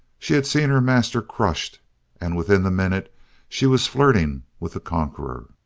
she had seen her master crushed and within the minute she was flirting with the conqueror.